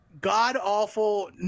god-awful